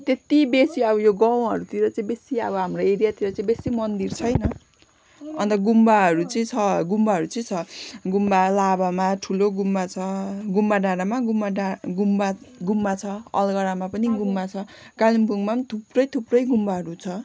त्यति बेसी अब यो गाउँहरूतिर चाहिँ बेसी अब हाम्रो एरियातिर बेसी मन्दिर छैन अन्त गुम्बाहरू चाहिँ छ गुम्बाहरू चाहिँ छ गुम्बा लाभामा ठुलो गुम्बा छ गुम्बा डाँडामा गुम्बा डाँडा गुम्बा गुम्बा छ अलगढामा पनि गुम्बा छ कालिम्पोङमा पनि थुप्रै थुप्रै गुम्बाहरू छ